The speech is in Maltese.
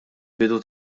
bidu